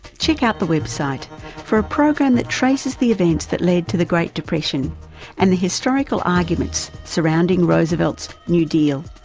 check out the website for a program that traces the events that led to the great depression and the historical arguments surrounding roosevelt's new deal.